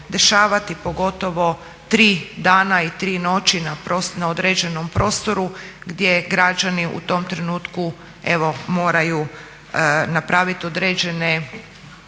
pogotovo 3 dana i tri noći na određenom prostoru gdje građani u tom trenutku evo moraju napraviti određene